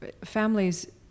families